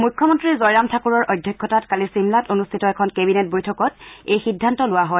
মুখ্যমন্তী জয়ৰাম ঠাকুৰৰ অধ্যক্ষতাত কালি ছিমলাত অনুষ্ঠিত এখন কেবিনেট বৈঠকত এই সিদ্ধান্ত লোৱা হয়